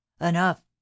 enough